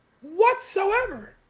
whatsoever